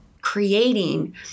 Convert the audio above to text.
creating